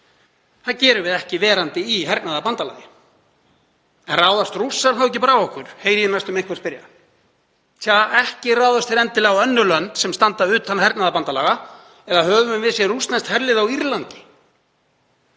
Það gerum við ekki með því að vera í hernaðarbandalagi. En ráðast Rússar ekki bara á okkur? heyri ég næstum einhvern spyrja. Tja, ekki ráðist þeir endilega á önnur lönd sem standa utan hernaðarbandalaga, eða höfum við séð rússneskt herlið á Írlandi?